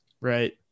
Right